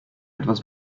etwas